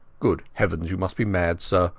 good heavens, you must be mad, sir!